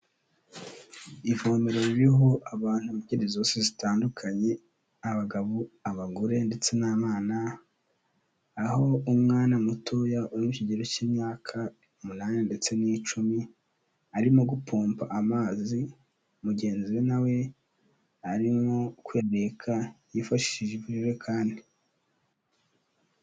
Ivomero ririho abantu b'ingeri zose zitandukanye, abagabo, abagore ndetse n'abana, aho umwana mutoya uri mu kigero cy'imyaka umunani ndetse n'icumi, arimo gupompa amazi, mugenzi we na we arimo kureka yifashishije ijerekani.